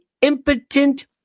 impotent